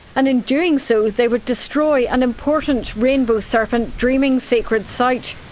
and in doing so they would destroy an important rainbow serpent dreaming sacred site.